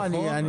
נכון?